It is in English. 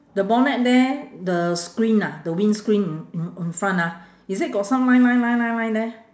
the bonnet there the screen ah the windscreen in in in front ah is it got some line line line line line there